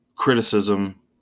Criticism